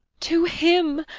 to him.